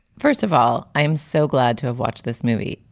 first of all, i am so glad to have watched this movie.